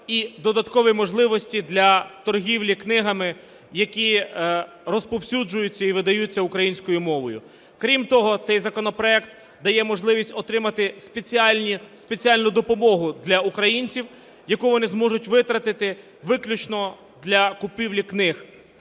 і додаткові можливості для торгівлі книгами, які розповсюджуються і видаються українською мовою. Крім того, цей законопроект дає можливість отримати спеціальну допомогу для українців, яку вони зможуть витратити виключно для купівлі книг.